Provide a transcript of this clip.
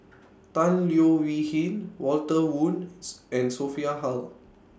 Tan Leo Wee Hin Walter Woon's and Sophia Hull